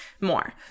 more